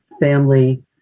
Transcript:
family